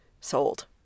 sold